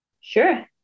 Sure